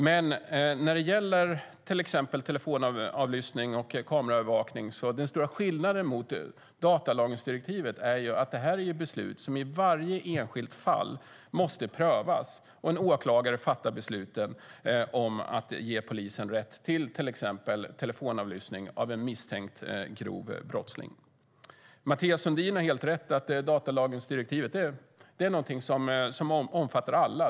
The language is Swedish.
Men när det gäller till exempel telefonavlyssning och kameraövervakning är den stora skillnaden mot datalagringsdirektivet att det handlar om beslut som måste prövas i varje enskilt fall, där en åklagare måste fatta beslut om att ge polisen rätt till exempelvis telefonavlyssning av en misstänkt grov brottsling. Mathias Sundin har helt rätt i att datalagringsdirektivet är något som omfattar alla.